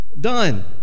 done